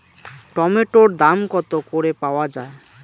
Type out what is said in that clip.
টমেটোর দাম কত করে পাওয়া যায়?